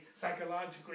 psychologically